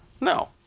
No